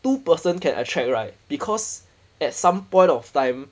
two person can attract right because at some point of time